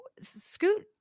scoot